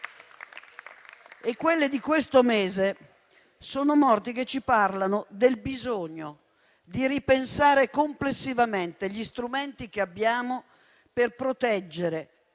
Quelle di questo mese sono morti che ci parlano del bisogno di ripensare complessivamente gli strumenti che abbiamo, per proteggere